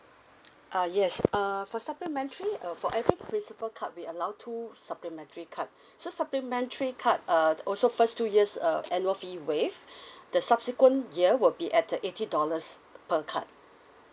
uh yes uh for supplementary uh for every principle card we allow two supplementary card so supplementary card err also first two years uh annual fee waived the subsequent year will be at uh eighty dollars per card